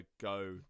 go